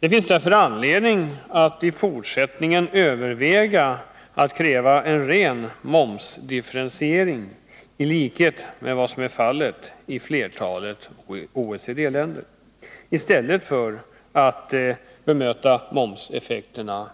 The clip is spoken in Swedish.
Det finns därför anledning att i fortsättningen överväga att kräva en ren momsdifferentiering i likhet med vad flertalet OECD-länder har i stället för riktade subventioner för att bemöta momseffekterna.